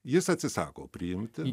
jis atsisako priimti